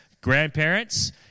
grandparents